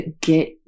get